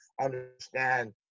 understand